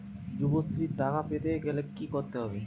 যুবশ্রীর টাকা পেতে গেলে কি করতে হবে?